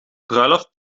bruiloft